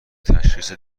تشخیص